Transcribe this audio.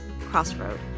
crossroad